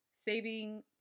Saving